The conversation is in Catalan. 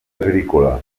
agrícola